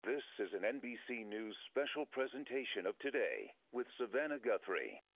this is an nbc news special presentation of today with savannah guthrie.